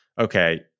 okay